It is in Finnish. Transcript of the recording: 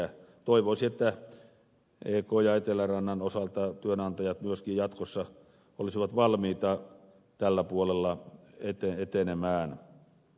toivoisi että ekn ja etelärannan osalta työnantajat myöskin jatkossa olisivat valmiita tällä puolella etenemään